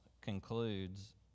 concludes